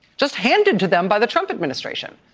just handed to them by the trump administration.